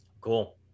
Cool